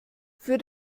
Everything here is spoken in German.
für